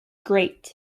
great